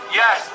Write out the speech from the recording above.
yes